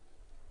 כרגע.